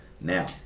now